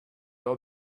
old